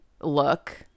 look